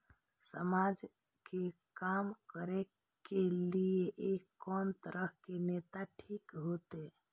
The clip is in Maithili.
समाज के काम करें के ली ये कोन तरह के नेता ठीक होते?